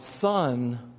son